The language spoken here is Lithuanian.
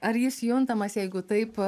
ar jis juntamas jeigu taip